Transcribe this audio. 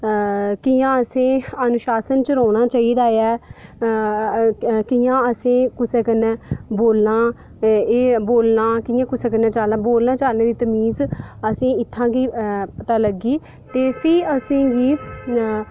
कि'यां असें अनुशासन च रौह्ना चाहिदा ऐ कि'यां असें कुसैं कन्नै बोलना ते बोलना ते चालने दी तमीज़ असेंगी इत्थैं आइयै पता लग्गी